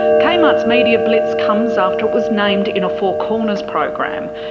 kmart's media blitz comes after it was named in a four corners program,